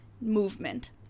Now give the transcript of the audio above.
movement